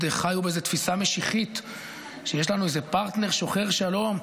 חיו באיזו תפיסה משיחית שיש לנו פרטנר שוחר שלום,